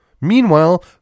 Meanwhile